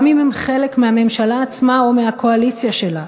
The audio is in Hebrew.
גם אם הם חלק מהממשלה עצמה או מהקואליציה שלה.